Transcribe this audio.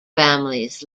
families